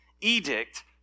edict